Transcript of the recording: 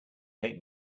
take